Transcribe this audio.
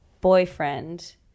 boyfriend